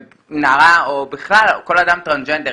נערה או בכלל או כל אדם טרנסג'נדר,